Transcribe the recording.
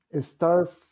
start